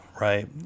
right